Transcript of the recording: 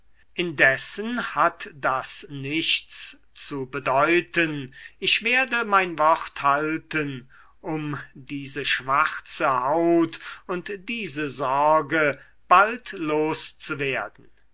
indessen hat das nichts zu bedeuten ich werde mein wort halten um diese schwarze haut und diese sorge bald loszuwerden